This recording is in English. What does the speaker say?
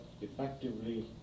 effectively